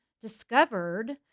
discovered